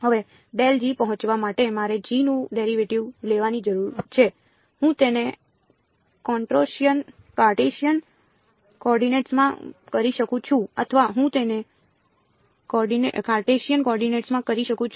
હવે પહોંચવા માટે મારે g નું ડેરિવેટિવ લેવાની જરૂર છે હું તેને કાર્ટેશિયન કોઓર્ડિનેટ્સ માં કરી શકું છું અથવા હું તેને કાર્ટેશિયન કોઓર્ડિનેટ્સમાં કરી શકું છું